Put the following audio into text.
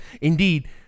indeed